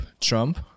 trump